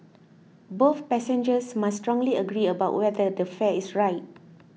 both passengers must strongly agree about whether the fare is right